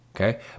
okay